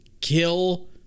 Kill